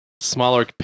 Smaller